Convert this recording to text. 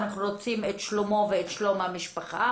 אנחנו רוצים את שלומו ואת שלום המשפחה.